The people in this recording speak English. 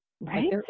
Right